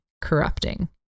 corrupting